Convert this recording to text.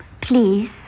Please